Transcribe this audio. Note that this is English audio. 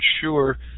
sure